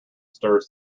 stirs